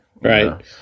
Right